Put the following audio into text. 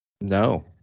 No